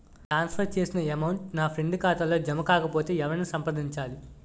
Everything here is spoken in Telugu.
ట్రాన్స్ ఫర్ చేసిన అమౌంట్ నా ఫ్రెండ్ ఖాతాలో జమ కాకపొతే ఎవరిని సంప్రదించాలి?